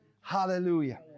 Hallelujah